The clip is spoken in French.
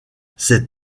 ces